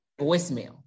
Voicemail